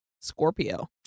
Scorpio